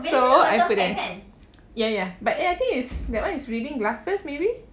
so after that ya ya but eh I think is that [one] is reading glasses maybe